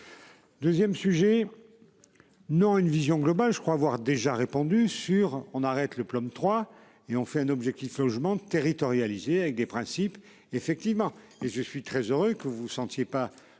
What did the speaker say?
2ème sujet. Non une vision globale, je crois avoir déjà répandu sur on arrête le plan 3 et on fait un objectif logement territorialisée, avec des principes effectivement et je suis très heureux que vous vous sentiez pas